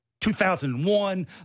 2001